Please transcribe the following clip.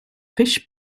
fish